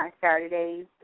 Saturdays